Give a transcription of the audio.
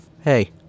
Hey